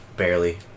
barely